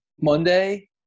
Monday